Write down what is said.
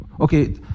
Okay